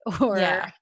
or-